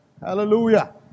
Hallelujah